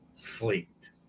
fleet